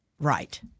Right